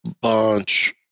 bunch